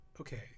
okay